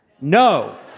No